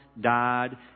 died